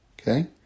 Okay